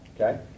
Okay